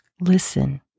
listen